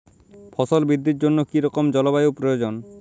ফসল বৃদ্ধির জন্য কী রকম জলবায়ু প্রয়োজন?